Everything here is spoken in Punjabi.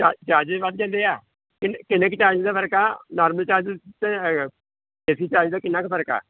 ਚਾਰਜ ਚਾਰਜਿਸ ਵੱਧ ਜਾਂਦੇ ਆ ਕਿੰਨ ਕਿੰਨੇ ਕ ਚਾਰਜਿਸ ਦਾ ਫਰਕ ਆ ਨਾਰਮਲ ਚਾਰਜਿਸ ਤੇ ਹੈਗਾ ਏ ਸੀ ਚਾਰਜ ਦਾ ਕਿੰਨਾ ਕੁ ਫਰਕ ਆ